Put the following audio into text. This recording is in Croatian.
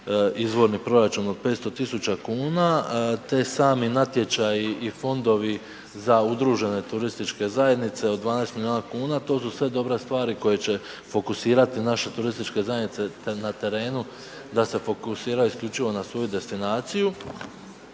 izvorni proračun od 500 tisuća kuna te sami natječaji i fondovi za udružene turističke zajednice od 12 milijuna kuna. To su sve dobre stvari koje će fokusirati naše turističke zajednice na terenu da se fokusiraju isključivo na svoju destinaciju.